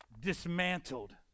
dismantled